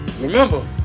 remember